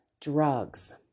drugs